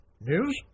News